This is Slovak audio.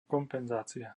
kompenzácia